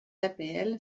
d’apl